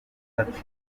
tariki